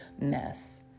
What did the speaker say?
mess